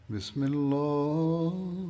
Bismillah